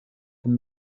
him